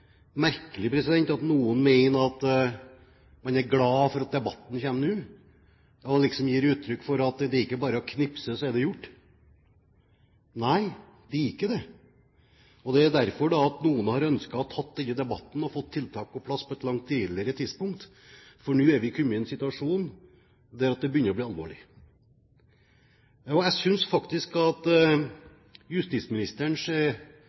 merkelig at noen er glad for at debatten kommer nå, og gir uttrykk for at det er liksom ikke bare å knipse, så er det gjort. Nei, det er ikke det. Derfor har da noen ønsket å ta denne debatten og få tiltak på plass på et langt tidligere tidspunkt, for nå er vi kommet i en situasjon der det begynner å bli alvorlig. Jeg synes faktisk at